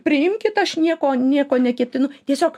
priimkit aš nieko nieko neketinu tiesiog